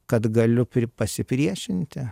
kad galiu pasipriešinti